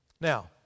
Now